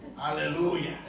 Hallelujah